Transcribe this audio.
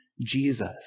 Jesus